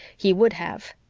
he would have.